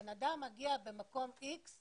בן אדם מגיע למקום מסוים,